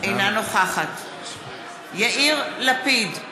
אינה נוכחת יאיר לפיד,